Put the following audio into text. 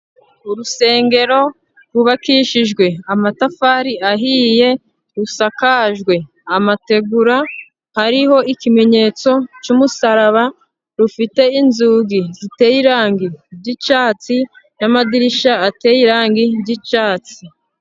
Urusengero rwubakishijwe amatafari ahiye, rusakajwe amategura, hariho ikimenyetso cy'umusaraba, rufite inzugi ziteye irangi ry'icyatsi, n'amadirisha ateye irangi ry'icyatsi.